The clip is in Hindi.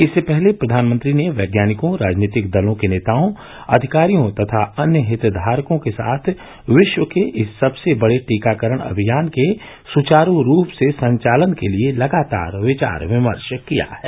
इससे पहले प्रधानमंत्री ने वैज्ञानिकों राजनीतिक दलों के नेताओं अधिकारियों तथा अन्य हितधारकों के साथ विश्व के इस सबसे बडे टीकाकरण अमियान के सुचारू रूप से संचालन के लिए लगातार विचार विमर्श किया है